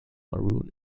maroon